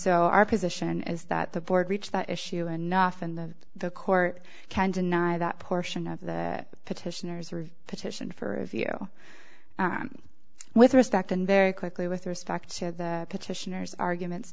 so our position is that the board reached that issue enough and the the court can deny that portion of the petitioners or petition for a view with respect and very quickly with respect to the petitioners arguments